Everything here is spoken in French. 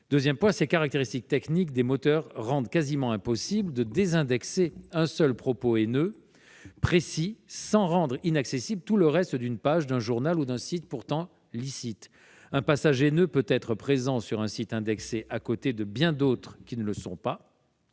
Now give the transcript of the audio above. je l'ai dit, les caractéristiques techniques des moteurs de recherche rendent quasiment impossible de désindexer un seul propos haineux sans rendre inaccessible tout le reste d'une page ou d'un site pourtant licite. Un passage haineux peut être présent sur un site indexé à côté de bien d'autres passages qui ne le sont pas.